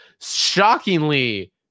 Shockingly